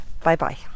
Bye-bye